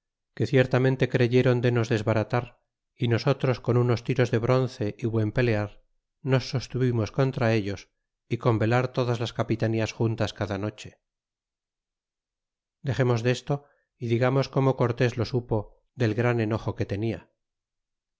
que ciertamente creyeron de nos desbaratar y nosotros con unos tiros de bronce y buen pelear nos sostuvimos contra ellos y con velar todas las capitanías juntas cada noche dexemos desto y digamos como cortés lo supo del es gran enojo que tenia